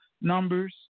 numbers